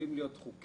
יכולים להיות חוקים,